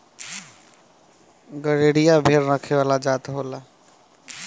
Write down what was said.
गरेरिया भेड़ रखे वाला जात होला